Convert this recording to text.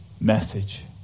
message